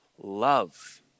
Love